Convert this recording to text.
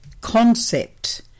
concept